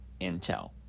Intel